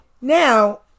now